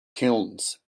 kilns